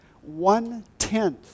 one-tenth